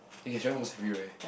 you can travel almost everywhere